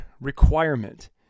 requirement